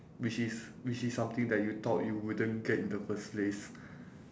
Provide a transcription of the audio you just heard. which is which is something that you thought you wouldn't get in the first place